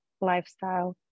lifestyle